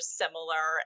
similar